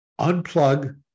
unplug